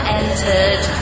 entered